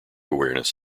awareness